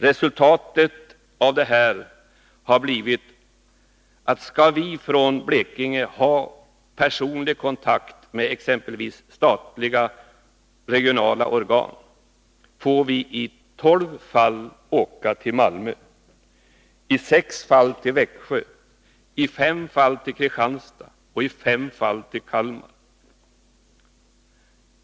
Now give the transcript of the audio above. Resultatet av det här har blivit att om vi från Blekinge skall ha personlig kontakt med exempelvis statliga och regionala organ, får vi i tolv fall åka till Malmö, i sex fall till Växjö, i fem fall till Kristianstad och i fem fall till Kalmar.